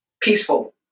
Peaceful